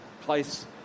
place